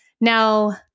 Now